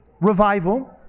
Revival